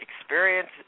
Experience